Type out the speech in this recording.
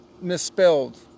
misspelled